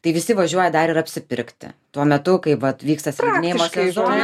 tai visi važiuoja dar ir apsipirkti tuo metu kai vat vyksta slidinėjimo sezonai